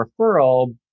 referral